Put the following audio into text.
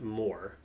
more